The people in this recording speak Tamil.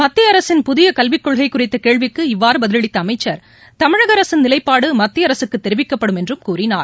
மத்திய அரசின் புதிய கல்வி கொள்கை குறித்த கேள்விக்கு இவ்வாறு பதிலளித்த அமைச்சர் தமிழக அரசின் நிலைப்பாடு மத்திய அரசுக்கு தெரிவிக்கப்படும் என்றும் கூறினார்